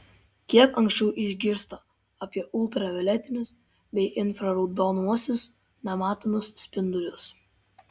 kiek anksčiau išgirsta apie ultravioletinius bei infraraudonuosius nematomus spindulius